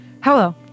Hello